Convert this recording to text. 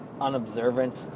unobservant